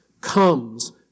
comes